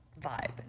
vibe